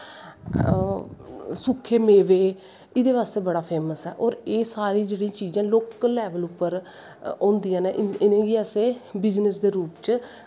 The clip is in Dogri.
सुक्खे मेवे एह्दे बास्ते बड़ा फेमस ऐ ते एह् सारी जेह्ड़ी चीजां न लोकल लैवल पर होंदियां नैं इनेंगी अस बिजनस दे रूप पर